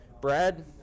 Brad